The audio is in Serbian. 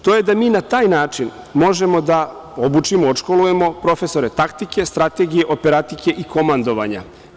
To je da mi na taj način možemo da obučimo, odškolujemo profesore taktike, strategije, operatike i komandovanja.